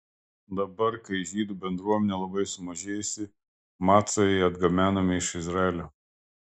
dabar kai žydų bendruomenė labai sumažėjusi macai atgabenami iš izraelio